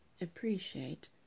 appreciate